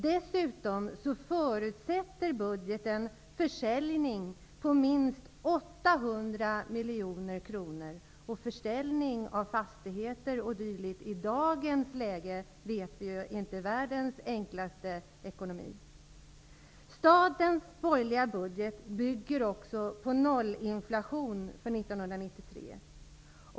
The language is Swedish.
Dessutom förutsätter budgeten försäljningar för minst 800 miljoner kronor. Vi vet ju att försäljningen av fastigheter o.d. inte är världens enklaste sak i dag. Stadens borgerliga budget bygger också på nollinflation för 1993.